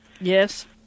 yes